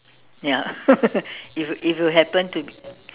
ya if you if you happen to be